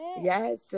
yes